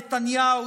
נתניהו,